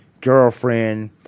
girlfriend